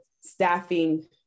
staffing